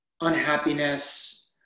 unhappiness